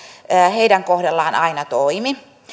heidän kohdallaan aina toimi